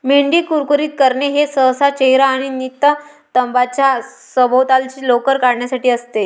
मेंढी कुरकुरीत करणे हे सहसा चेहरा आणि नितंबांच्या सभोवतालची लोकर काढण्यासाठी असते